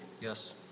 Yes